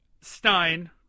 stein